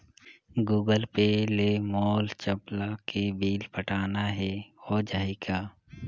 Google Pay ले मोल चपला के बिल पटाना हे, हो जाही का?